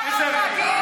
אוקיי.